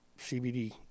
CBD